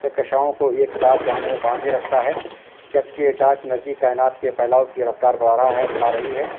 کہکشاؤں کو ایک ساتھ باندھے باندھے رکھتا ہے جبکہ ڈاک انرجی کائنات کے پھیلاؤ کی رفتار بڑھا رہا ہے بڑھا رہی ہے